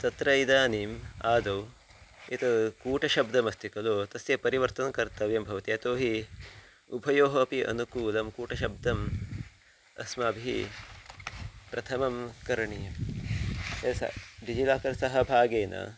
तत्र इदानीम् आदौ यत् कूटाब्दमस्ति खलु तस्य परिवर्तनं कर्तव्यं भवति यतो हि उभयोः अपि अनुकूलं कूटशब्दम् अस्माभिः प्रथमं करणीयं डिजिलाकर् सहभागेन